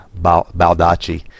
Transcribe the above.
Baldacci